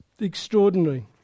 Extraordinary